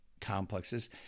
complexes